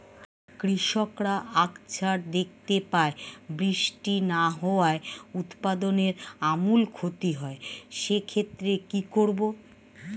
কৃষকরা আকছার দেখতে পায় বৃষ্টি না হওয়ায় উৎপাদনের আমূল ক্ষতি হয়, সে ক্ষেত্রে কি করব?